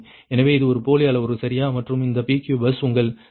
எனவே இது ஒரு போலி அளவுரு சரியா மற்றும் இந்த PQ பஸ் உங்கள் 0